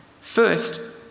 First